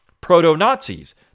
proto-Nazis